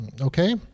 okay